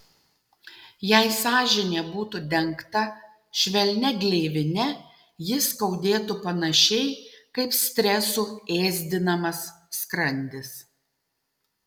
jei sąžinė būtų dengta švelnia gleivine ji skaudėtų panašiai kaip stresų ėsdinamas skrandis